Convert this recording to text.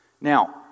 Now